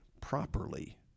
properly